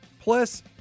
plus